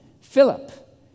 Philip